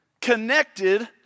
connected